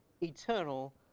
eternal